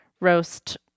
roast